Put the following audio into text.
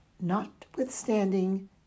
notwithstanding